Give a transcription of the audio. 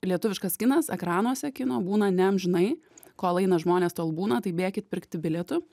lietuviškas kinas ekranuose kino būna ne amžinai kol eina žmonės tol būna tai bėkit pirkti bilietų